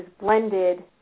blended